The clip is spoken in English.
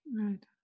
Right